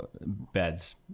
beds